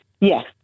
Yes